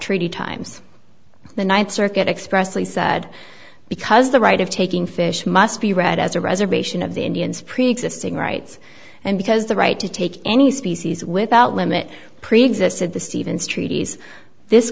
treaty times the ninth circuit expressly said because the right of taking fish must be read as a reservation of the indians preexisting rights and because the right to take any species without limit preexisted the stevens treaties this